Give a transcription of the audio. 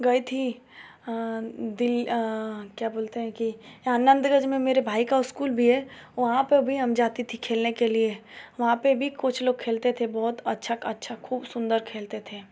गई थी दिल क्या बोलते हैं कि यहाँ नंदगंज में मेरे भाई का उस्कूल भी है वहाँ पर भी हम जाती थी खेलने के लिए वहाँ पर भी कोच लोग खेलते थे बहुत अच्छा का अच्छा खुब सुंदर खेलते थे